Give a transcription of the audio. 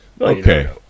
Okay